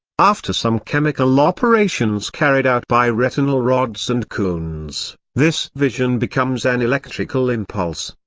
after some chemical operations carried out by retinal rods and cones, this vision becomes an electrical impulse.